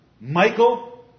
Michael